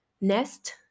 nest